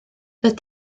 doedd